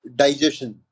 digestion